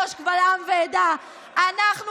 לא העליתם על הדעת שהעם יערוך שינוי,